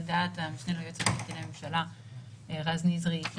על דעת המשנה ליועץ המשפטי לממשלה רז נזרי,